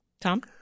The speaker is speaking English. tom